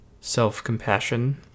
self-compassion